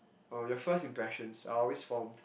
oh your first impressions are always formed